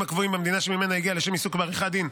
הקבועים במדינה שממנה הגיע לשם עיסוק בעריכת דין,